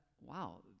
wow